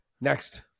Next